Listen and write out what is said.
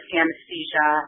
anesthesia